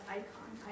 icon